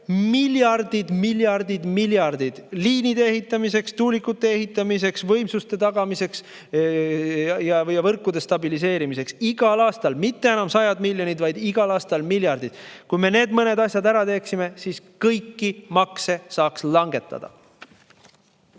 miljardid, miljardid igal aastal liinide ehitamiseks, tuulikute ehitamiseks, võimsuste tagamiseks, võrkude stabiliseerimiseks. Mitte enam sajad miljonid, vaid igal aastal miljardid! Kui me need mõned asjad ära teeksime, siis saaks kõiki makse langetada.